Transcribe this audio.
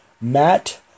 Matt